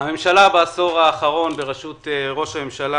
הממשלה בעשור האחרון בראשות ראש הממשלה